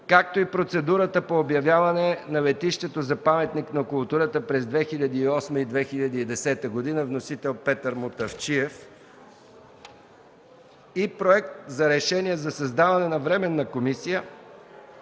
както и процедурата по обявяване на летището за паметник на културата през 2008 и 2010 г. с вносител Петър Мутафчиев; - Проект за решение за създаване на Временна комисия